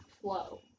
flow